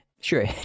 sure